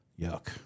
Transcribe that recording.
Yuck